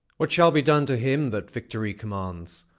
what shall be done to him that victory commands?